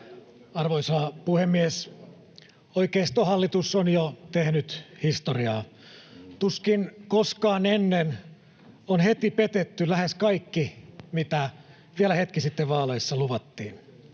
Arvoisa puhemies! Oikeistohallitus on jo tehnyt historiaa. Tuskin koskaan ennen on heti petetty lähes kaikki, mitä vielä hetki sitten vaaleissa luvattiin.